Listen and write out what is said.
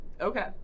Okay